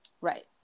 right